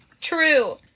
true